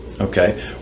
Okay